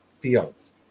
fields